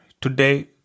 Today